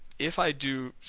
if i do,